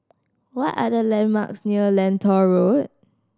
what are the landmarks near Lentor Road